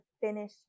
finish